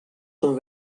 són